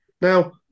Now